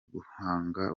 guhanga